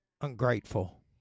Ungrateful